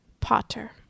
Potter